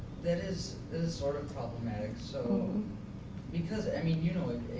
that is is sort of problematic. so because i mean, you know,